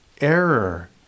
Error